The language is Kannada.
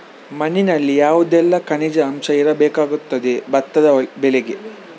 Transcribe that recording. ಮಣ್ಣಿನಲ್ಲಿ ಯಾವುದೆಲ್ಲ ಖನಿಜ ಅಂಶ ಇರಬೇಕಾಗುತ್ತದೆ ಭತ್ತದ ಬೆಳೆಗೆ?